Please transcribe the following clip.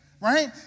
right